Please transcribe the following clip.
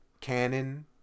canon